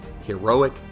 heroic